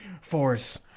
force